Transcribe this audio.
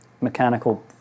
mechanical